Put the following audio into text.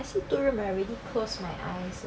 I see two room right I already close my eye